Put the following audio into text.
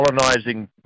colonizing